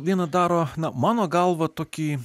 viena daro mano galva tokį